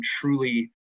truly